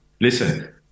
Listen